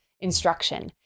instruction